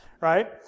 right